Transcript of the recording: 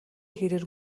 хэрээр